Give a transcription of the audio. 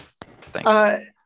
Thanks